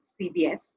CBS